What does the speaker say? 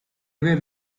were